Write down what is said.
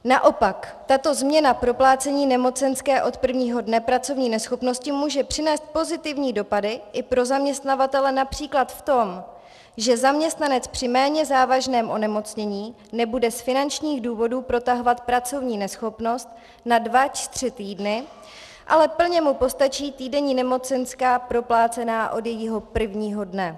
Naopak, tato změna proplácení nemocenské od prvního dne pracovní neschopnosti může přinést pozitivní dopady i pro zaměstnavatele např. v tom, že zaměstnanec při méně závažném onemocnění nebude z finančních důvodů protahovat pracovní neschopnost na dva až tři týdny, ale plně mu postačí týdenní nemocenská proplácená od jejího prvního dne.